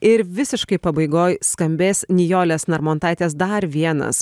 ir visiškai pabaigoj skambės nijolės narmontaitės dar vienas